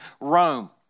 Rome